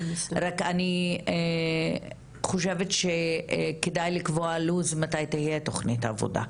רק שאני חושבת שכדאי לקבוע לו"ז מתי תהיה תכנית עבודה.